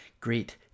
great